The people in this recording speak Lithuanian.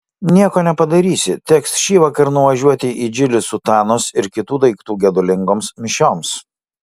nieko nepadarysi teks šįvakar nuvažiuoti į džilį sutanos ir kitų daiktų gedulingoms mišioms